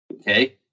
Okay